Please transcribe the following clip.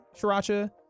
sriracha